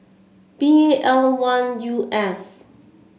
B L one U F